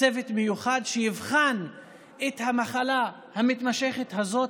צוות מיוחד שיבחן את המחלה המתמשכת הזאת,